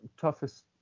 toughest –